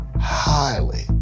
highly